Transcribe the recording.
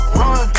run